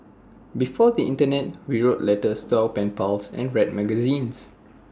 before the Internet we wrote letters to our pen pals and read magazines